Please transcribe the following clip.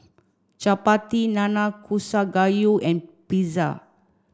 Chapati Nanakusa Gayu and Pizza